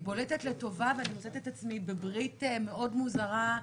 בולטת לטובה ואני מוצאת את עצמי בברית מאוד מוזרה,